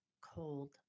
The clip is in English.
Cold